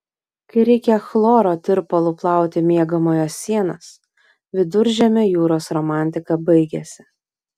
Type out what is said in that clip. kai reikia chloro tirpalu plauti miegamojo sienas viduržemio jūros romantika baigiasi